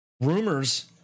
Rumors